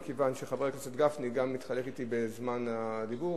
מכיוון שחבר הכנסת גפני מתחלק אתי בזמן הדיבור,